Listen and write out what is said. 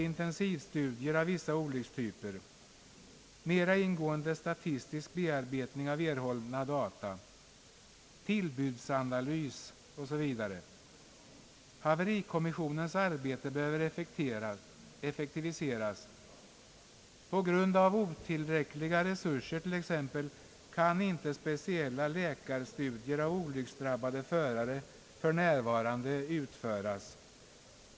intensivstudier av vissa olyckstyper, mera ingående statistisk bearbetning av erhållna data, tillbudsanalys osv. Haverikommissionens arbete behöver effektiviseras. På grund av otillräckliga resurser t.ex. kan inte speciella läkarstudier av olycksdrabbade förare utföras för närvarande.